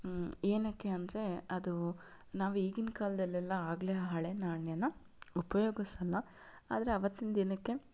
ಏನಕ್ಕೆ ಅಂದರೆ ಅದು ನಾವು ಈಗಿನ ಕಾಲದಲ್ಲೆಲ್ಲ ಆಗ್ಲೇ ಆ ಹಳೆ ನಾಣ್ಯಾನ ಉಪಯೋಗಸಲ್ಲ ಆದರೆ ಆವತ್ತಿನ ದಿನಕ್ಕೆ